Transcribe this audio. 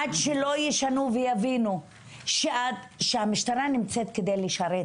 עד שלא ישנו ויבינו שהמשטרה נמצאת כדי לשרת